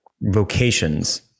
vocations